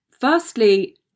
Firstly